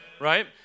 right